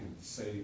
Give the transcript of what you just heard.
say